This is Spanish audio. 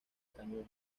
cañón